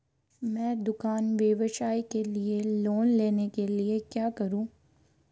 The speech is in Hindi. मैं दुकान व्यवसाय के लिए लोंन लेने के लिए क्या करूं?